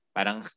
Parang